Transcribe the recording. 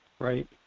Right